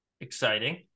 Exciting